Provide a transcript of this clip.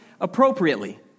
appropriately